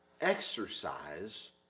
exercise